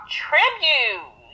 tribute